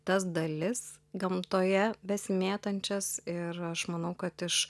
tas dalis gamtoje besimėtančias ir aš manau kad iš